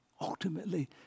Ultimately